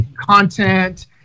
content